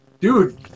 dude